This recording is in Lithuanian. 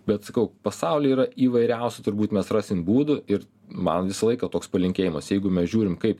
bet sakau pasauly yra įvairiausių turbūt mes rasim būdų ir man visą laiką toks palinkėjimas jeigu mes žiūrim kaip